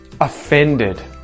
offended